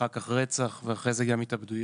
אחר כך רצח ואחר כך גם התאבדויות.